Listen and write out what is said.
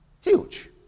Huge